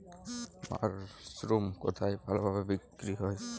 Mushroom কেথায় ভালোদামে বিক্রয় হয়?